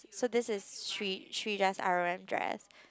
so this is Sri~ Srijah's R_O_M dress